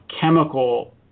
chemical